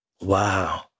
Wow